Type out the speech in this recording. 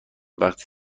وقتی